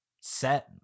set